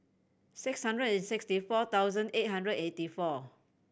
six hundred and sixty four thousand eight hundred and eighty four